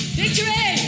victory